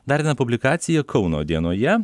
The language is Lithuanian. dar viena publikacija kauno dienoje